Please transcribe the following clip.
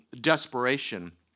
desperation